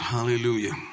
Hallelujah